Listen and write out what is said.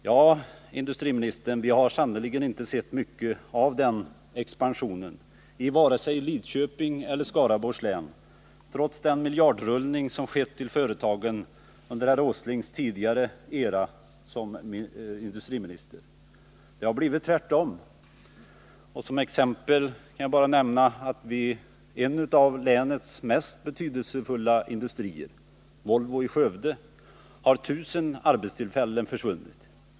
Ja, industriministern, vi har sannerligen inte sett mycket av den expansionen vare sig Lidköping eller i Skaraborgs län över huvud taget trots den miljardrullning till företagen som skett under herr Åslings tidigare era som industriminister. Det har blivit tvärtom. Som exempel kan jag nämna att vid en av länets mest betydelsefulla industrier, Volvo i Skövde, har 1 000 arbetstillfällen försvunnit.